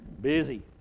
Busy